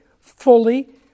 fully